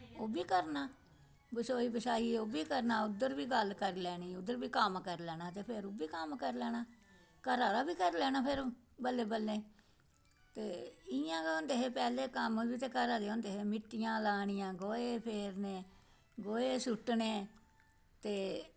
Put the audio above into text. ओह्बी करना पसोई पसाइयै ओह्बी करना ओह्बी गल्ल करी लैनी ओह्बी कम्म करी लैना ते फिर ओह्बी कम्म करी लैना घरा दा बी करी लैना फिर बल्लें बल्लें ते इ'यां गै होंदे हे पैह्लें कम्म बी ते घरा दे होंदे हे मिट्टियां लानियां गोहे फेरने गोहे सुट्टने ते